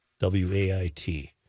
WAIT